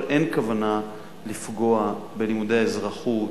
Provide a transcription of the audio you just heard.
אבל אין כוונה לפגוע בלימודי האזרחות,